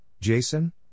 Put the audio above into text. Jason